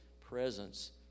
presence